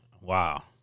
Wow